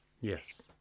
Yes